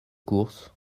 course